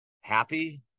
happy